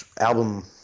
album